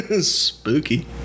Spooky